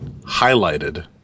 highlighted